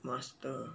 master